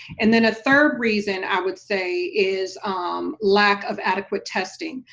and then a third reason i would say is lack of adequate testing,